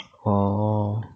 orh